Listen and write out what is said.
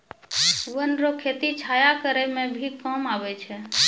वन रो खेती छाया करै मे भी काम आबै छै